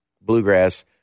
bluegrass